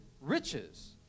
riches